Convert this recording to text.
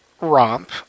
romp